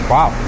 Wow